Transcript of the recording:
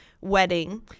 wedding